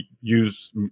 use